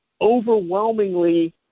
overwhelmingly